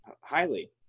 Highly